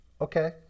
Okay